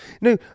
No